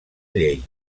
llei